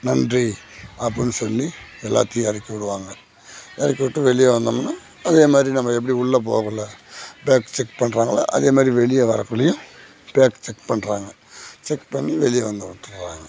நன்றி அப்படின்னு சொல்லி எல்லாத்தையும் இறக்கி விடுவாங்க இறக்கி விட்டு வெளியே வந்தமுன்னால் அதே மாதிரி நம்ம எப்படி உள்ளே போகக்குள்ள பேக் செக் பண்ணுறாங்களோ அதே மாதிரி வெளியே வரக்குள்ளேயும் பேக் செக் பண்ணுறாங்க செக் பண்ணி வெளியே வந்து விட்டுர்றாங்க